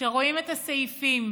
כשרואים את הסעיפים,